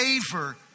favor